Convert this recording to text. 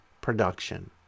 production